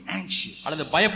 anxious